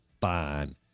fine